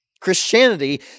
Christianity